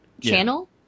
channel